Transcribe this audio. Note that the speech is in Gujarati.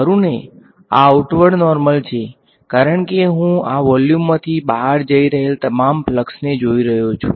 ખરુંને આ આઉટવર્ડ નોર્મલ છે કારણ કે હું આ વોલ્યુમમાથી બહાર જઈ રહેલ તમામ ફ્લક્સને જોઈ રહ્યો છું